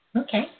Okay